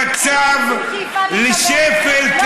מגיעים למצב,